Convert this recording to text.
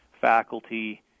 faculty